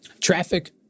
Traffic